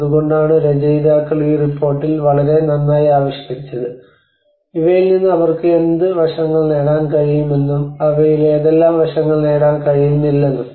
അതുകൊണ്ടാണ് രചയിതാക്കൾ ഈ റിപ്പോർട്ടിൽ വളരെ നന്നായി ആവിഷ്കരിച്ചത് ഇവയിൽ നിന്ന് അവർക്ക് എന്ത് വശങ്ങൾ നേടാൻ കഴിയുമെന്നും അവയിൽ ഏതെല്ലാം വശങ്ങൾ നേടാൻ കഴിയുന്നില്ലെന്നും